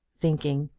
thinking,